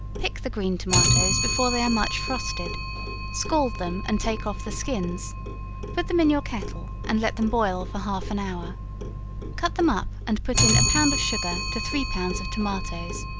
pick the green tomatoes before they are much frosted scald them and take off the skins put them in your kettle and let them boil for half an hour cut them up, and put in a pound of sugar to three pounds of tomatoes,